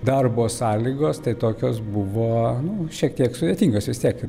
darbo sąlygos tai tokios buvo nu šiek tiek sudėtingos vis tiek